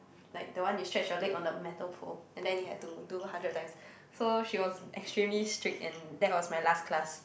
like the one you stretch your leg on the metal pole and then you have to do hundred times so she was extremely strict and that was my last class